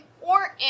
important